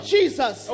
Jesus